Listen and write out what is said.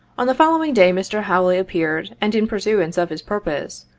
on the following day mr. hawley appeared, and in pursuance of his purpose,